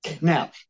Now